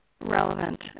relevant